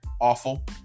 awful